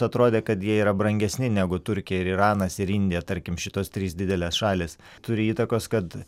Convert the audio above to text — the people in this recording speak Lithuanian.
atrodė kad jie yra brangesni negu turkija ir iranas ir indija tarkim šitos trys didelės šalys turi įtakos kad